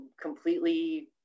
completely